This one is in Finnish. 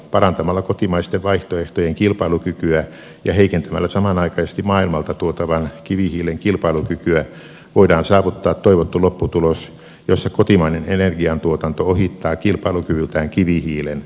parantamalla kotimaisten vaihtoehtojen kilpailukykyä ja heikentämällä samanaikaisesti maailmalta tuotavan kivihiilen kilpailukykyä voidaan saavuttaa toivottu lopputulos jossa kotimainen energiantuotanto ohittaa kilpailukyvyltään kivihiilen